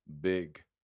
big